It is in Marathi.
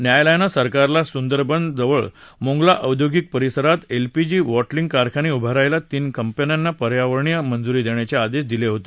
न्यायालयानं सरकारला सुंदरबनाजवळच्या मोंगला औद्योगिक परिसरात एलपीजी वॉटलिंग कारखाने उभारायला तीन कंपन्यांना पर्यावरणीय मंजुरी देण्याचे आदेश काल दिले होते